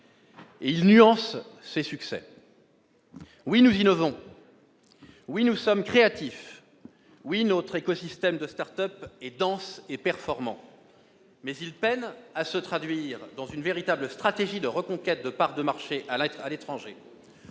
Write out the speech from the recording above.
à nuancer ces succès. Oui, nous innovons. Oui, nous sommes créatifs. Oui, notre écosystème de start-up est dense et performant, mais il peine à mettre en oeuvre une véritable stratégie de reconquête de parts de marchés à l'étranger.